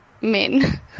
men